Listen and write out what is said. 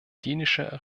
dänische